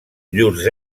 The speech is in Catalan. llurs